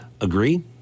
Agree